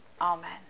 Amen